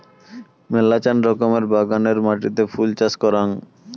মেলাচান রকমের বাগানের মাটিতে ফুল চাষ করাং